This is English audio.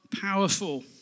powerful